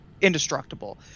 indestructible